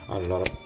Allora